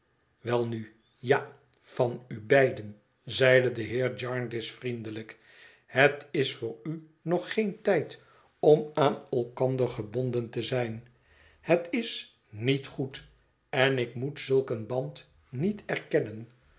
welnu ja van u beiden zeide de heer jarndyce vriendelijk het is voor u nog geen tijd om aan elkander gebonden te zijn het is niet goed en ik moet zulk een band niet erkennen